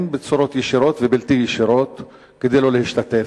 בצורות ישירות ובלתי ישירות שלא להשתתף.